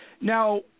Now